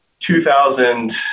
2000